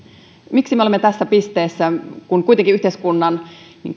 miksi me olemme tässä pisteessä kun kuitenkin yhteiskunnan